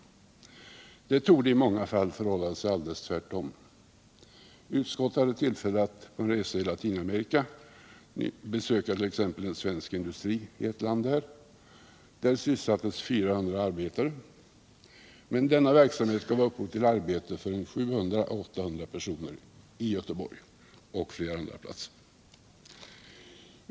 Det torde i många fall förhålla sig alldeles tvärtom. Utskottet hade tillfälle att på en resa i Latinamerika besöka t.ex. en svensk industri i ett land där. Verksamheten sysselsatte 400 arbetare men gav upphov till arbete för 700 ä 800 personer i Göteborg och på flera andra platser.